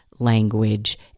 language